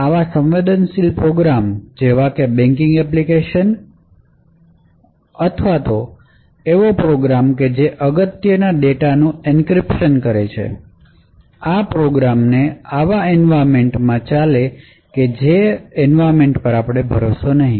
આવા સવેન્દંશિલ પ્રોગ્રામ જેવાકે બેન્કિંગ એપ્લિકેશન અથવા તો પ્રોગ્રામ કે જે અગત્યના ડેટાનું એન્ક્રિપ્શન કરે છે એ પ્રોગ્રામ એવા એન્વાયરમેન્ટ માં ચાલે છે કે જેના પર આપણે ભરોસો નથી